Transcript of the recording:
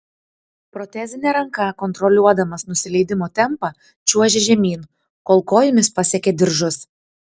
protezine ranka kontroliuodamas nusileidimo tempą čiuožė žemyn kol kojomis pasiekė diržus